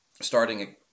starting